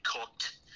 cooked